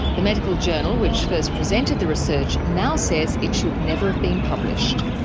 the medical journal which first presented the research now says it should never have been published.